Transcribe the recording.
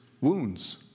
wounds